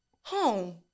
home